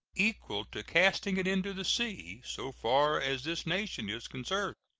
equal to casting it into the sea, so far as this nation is concerned.